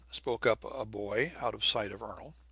spoke up a boy out of sight of ernol,